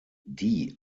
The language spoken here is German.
die